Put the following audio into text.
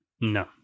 No